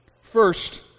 first